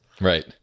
Right